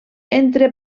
entre